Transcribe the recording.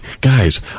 guys